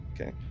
Okay